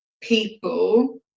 people